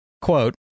quote